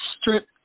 strip